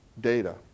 data